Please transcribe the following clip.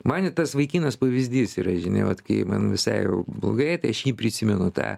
man tas vaikinas pavyzdys yra žinai vat kai man visai jau blogai tai aš jį prisimenu tą